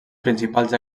principals